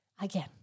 again